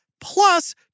plus